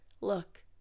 Look